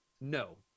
no